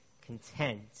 content